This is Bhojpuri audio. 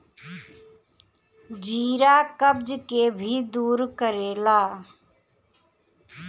जीरा कब्ज के भी दूर करेला